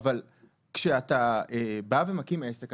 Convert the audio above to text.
אבל כשאתה מקים עסק,